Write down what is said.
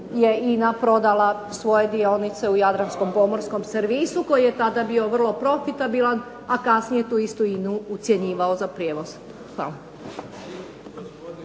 je INA prodala svoje dionice u Jadranskom pomorskom servisu koji je tada bio vrlo profitabilan, a kasnije tu istu INA-u ucjenjivao za prijevoz. Hvala.